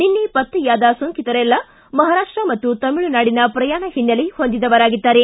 ನಿನ್ನೆ ಪತ್ತೆಯಾದ ಸೋಂಕಿತರೆಲ್ಲ ಮಹಾರಾಷ್ಟ ಮತ್ತು ತಮಿಳುನಾಡಿನ ಪ್ರಯಾಣ ಹಿನ್ನೆಲೆ ಹೊಂದಿದವರಾಗಿದ್ದಾರೆ